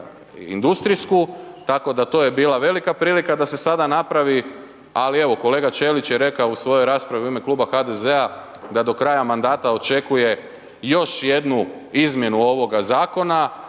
industrijsku, tako da to je bila velika prilika da se sada napravi, ali evo, kolega Ćelić je rekao u svojoj raspravi u ime Kluba HDZ-a da do kraja mandata očekuje još jednu izmjenu ovog zakona,